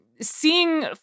seeing